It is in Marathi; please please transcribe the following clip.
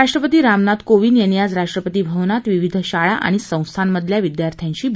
राष्ट्रपती रामनाथ कोविंद यांनी आज राष्ट्रपती भवनात विविध शाळा आणि संस्थांमधल्या विद्यार्थ्यांची भेट घेतली